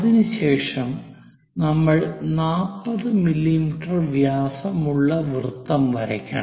അതിനുശേഷം നമ്മൾ 40 മില്ലീമീറ്റർ വ്യാസമുള്ള വൃത്തം വരയ്ക്കണം